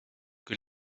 que